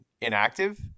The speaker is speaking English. inactive